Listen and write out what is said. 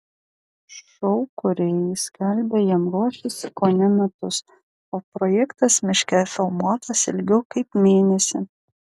šou kūrėjai skelbia jam ruošęsi kone metus o projektas miške filmuotas ilgiau kaip mėnesį